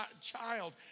child